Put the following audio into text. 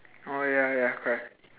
oh ya ya correct